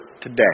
today